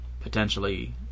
potentially